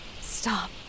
Stop